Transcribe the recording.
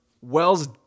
Wells